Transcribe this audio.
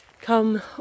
come